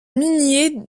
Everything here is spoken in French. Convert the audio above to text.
minier